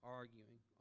arguing